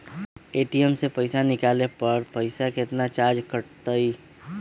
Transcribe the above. ATM से पईसा निकाले पर पईसा केतना चार्ज कटतई?